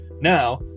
Now